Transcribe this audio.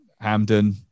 Hamden